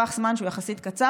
מסילת א-ד'אהר,